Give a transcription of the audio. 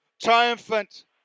triumphant